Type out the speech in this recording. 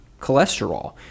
cholesterol